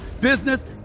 business